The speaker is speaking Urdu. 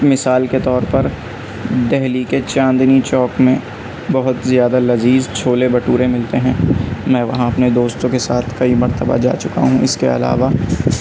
مثال کے طور پر دہلی کے چاندنی چوک میں بہت زیادہ لذیذ چھولے بھٹورے ملتے ہیں میں وہاں اپنے دوستوں کے ساتھ کئی مرتبہ جا چکا ہوں اس کے علاوہ